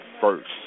first